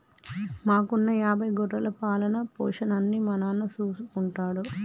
మాకున్న యాభై గొర్రెల పాలన, పోషణ అన్నీ మా నాన్న చూసుకుంటారు